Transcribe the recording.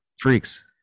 freaks